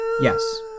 Yes